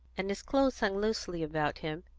and his clothes hung loosely about him,